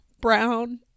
brown